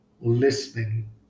listening